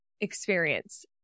experience